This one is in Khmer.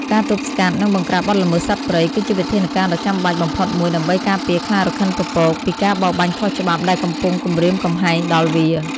ការទប់ស្កាត់ និងបង្ក្រាបបទល្មើសសត្វព្រៃ គឺជាវិធានការដ៏ចាំបាច់បំផុតមួយ ដើម្បីការពារខ្លារខិនពពក ពីការបរបាញ់ខុសច្បាប់ដែលកំពុងគំរាមកំហែងដល់វា។